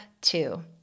two